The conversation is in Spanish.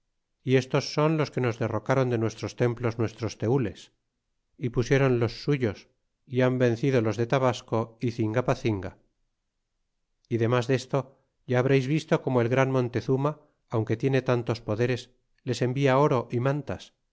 y estos son los que nos derrocaron de nuestros templos nuestros tenles y pusieron los suyos y han vencido los de tabasco y cingapacinga y demas desto ya habreis visto como el gran montezurna aunque tiene tantos poderes les envia oro y mantas